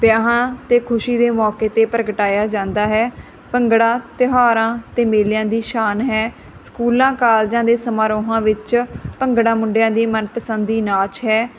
ਵਿਆਹਾਂ 'ਤੇ ਖੁਸ਼ੀ ਦੇ ਮੌਕੇ 'ਤੇ ਪ੍ਰਗਟਾਇਆ ਜਾਂਦਾ ਹੈ ਭੰਗੜਾ ਤਿਉਹਾਰਾਂ 'ਤੇ ਮੇਲਿਆਂ ਦੀ ਸ਼ਾਨ ਹੈ ਸਕੂਲਾਂ ਕਾਲਜਾਂ ਦੇ ਸਮਾਰੋਹਾਂ ਵਿੱਚ ਭੰਗੜਾ ਮੁੰਡਿਆਂ ਦੀ ਮਨਪਸੰਦੀ ਨਾਚ ਹੈ